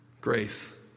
grace